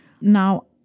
Now